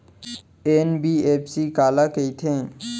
NBFC काला कहिथे?